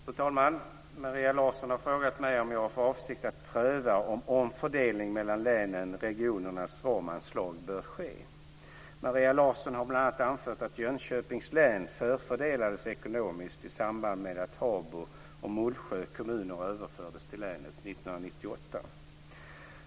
Fru talman! Maria Larsson har frågat mig om jag har för avsikt att pröva om omfördelning mellan länens/regionernas ramanslag bör ske. Maria Larsson har bl.a. anfört att Jönköpings län förfördelades ekonomiskt i samband med att Habo och Mullsjö kommuner överfördes till länet 1998.